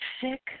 sick